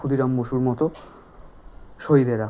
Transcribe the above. ক্ষুদিরাম বসুর মতো শহীদেরা